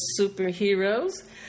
Superheroes